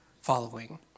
following